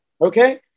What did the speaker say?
Okay